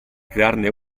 crearne